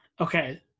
Okay